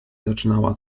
zaczynała